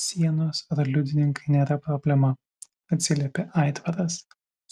sienos ar liudininkai nėra problema atsiliepė aitvaras